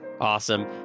Awesome